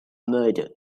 murder